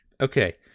okay